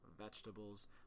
vegetables